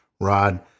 Rod